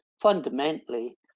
fundamentally